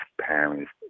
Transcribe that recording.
parents